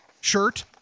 shirt